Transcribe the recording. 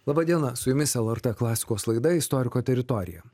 laba diena su jumis lrt klasikos laida istoriko teritorija